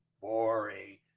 boring